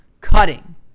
cutting